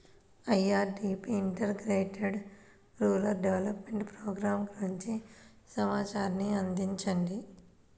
IRDP integrated rural development programme గురించి సమాచారాన్ని అందించండి?